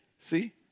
See